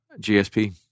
GSP